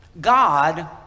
God